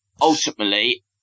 ultimately